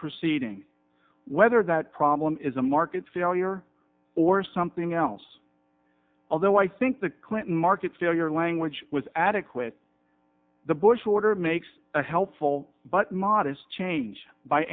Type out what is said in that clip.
proceeding whether that problem is a market failure or something else although i think the clinton market failure language was adequate the bush order makes a helpful but modest change by